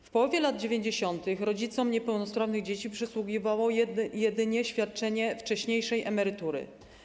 W połowie lat 90. rodzicom niepełnosprawnych dzieci przysługiwało jedynie świadczenie wcześniejszej emerytury.